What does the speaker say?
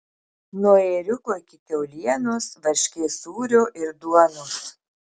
nuo ėriuko iki kiaulienos varškės sūrio ir duonos